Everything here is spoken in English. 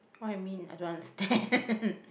what you mean I don't understand